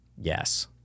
Yes